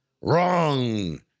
wrong